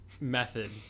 method